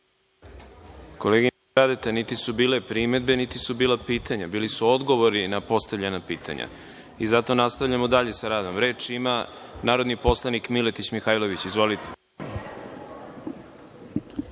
Radeta, niti su bile primedbe, niti su bila pitanja, bili su odgovori na postavljena pitanja. Zato nastavljamo dalje sa radom. Reč ima narodni poslanik, Miletić Mihajlović. Izvolite.